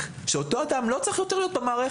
שאותו אדם לא צריך להיות יותר במערכת